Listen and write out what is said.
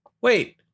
wait